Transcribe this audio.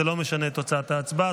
זה לא משנה את תוצאת ההצבעה.